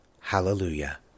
Hallelujah